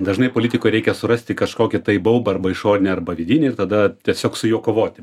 dažnai politikoj reikia surasti kažkokį baubą arba išorinį arba vidinį ir tada tiesiog su juo kovoti